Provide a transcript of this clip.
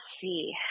see